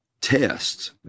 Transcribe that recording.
tests